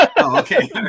okay